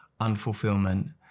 unfulfillment